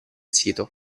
sito